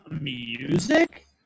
music